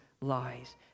lies